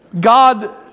God